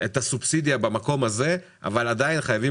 את הסובסידיה במקום הזה אבל עדיין חייבים